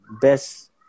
best